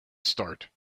start